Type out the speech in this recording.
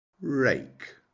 Rake